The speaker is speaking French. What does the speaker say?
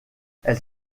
elle